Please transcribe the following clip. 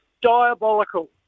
diabolical